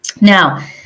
Now